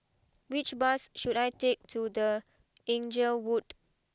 which bus should I take to the Inglewood